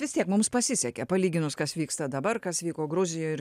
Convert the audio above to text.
vis tiek mums pasisekė palyginus kas vyksta dabar kas vyko gruzijoj ir